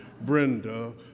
Brenda